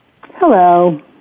Hello